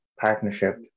partnership